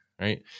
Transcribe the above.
right